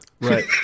Right